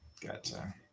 gotcha